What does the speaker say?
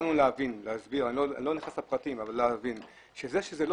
נתנו להבין אני לא נכנס לפרטים, שזה לא